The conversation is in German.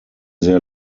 sehr